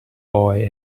boy